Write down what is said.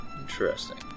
Interesting